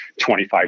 25